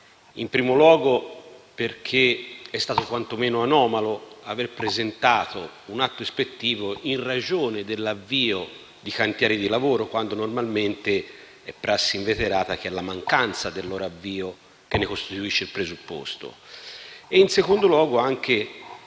In primo luogo, perché è stato quantomeno anomalo aver presentato un atto ispettivo in ragione dell'avvio di cantieri di lavoro, quando normalmente è prassi inveterata che è la mancanza del loro avvio a costituirne il presupposto. In secondo luogo,